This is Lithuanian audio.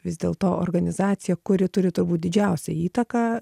vis dėlto organizacija kuri turi turbūt didžiausią įtaką